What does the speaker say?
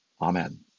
Amen